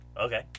Okay